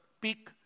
peak